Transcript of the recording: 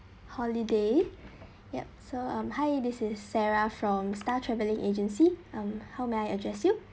holiday yup so um hi this is sarah from star traveling agency mm how may I address you